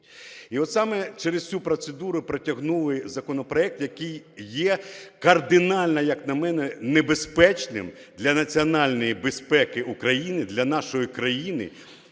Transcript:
І саме через цю процедуру протягнули законопроект, який є кардинально, як на мене, небезпечним для національної безпеки України, для нашої країни